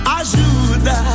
ajuda